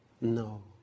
No